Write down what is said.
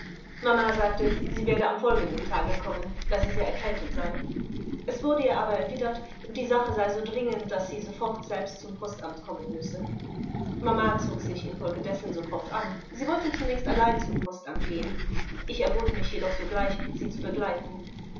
mama sagte sie werde am folgenden tage kommen da sie sehr erkältet sei es wurde ihr aber erwidert die sache sei so dringend daß sie sofort selbst zum postamt kommen müsse mama zog sich infolgedessen sofort an sie wollte zunächst allein zum postamt gehen ich erbot mich jedoch sogleich sie zu begleiten